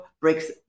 breaks